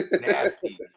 Nasty